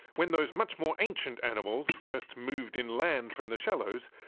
when those much more ancient animals first moved in land from the shallows,